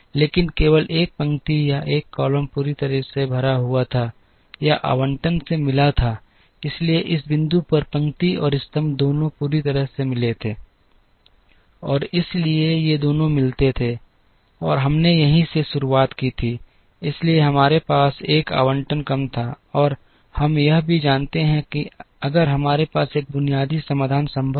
इसलिए केवल एक पंक्ति या एक कॉलम पूरी तरह से भरा हुआ था या आवंटन से मिला था लेकिन इस बिंदु पर पंक्ति और स्तंभ दोनों पूरी तरह से मिले थे और इसलिए ये दोनों मिलते थे और हमने यहीं से शुरुआत की थी इसलिए हमारे पास 1 आवंटन कम था और हम यह भी जानते हैं कि अगर हमारे पास एक बुनियादी समाधान संभव है